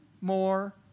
more